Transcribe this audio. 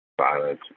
violence